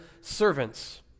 servants